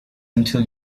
until